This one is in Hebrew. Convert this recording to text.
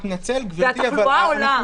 בן זוג או הורה שלו,